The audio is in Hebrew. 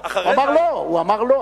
הוא אמר: לא.